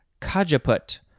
kajaput